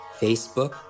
Facebook